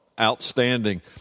Outstanding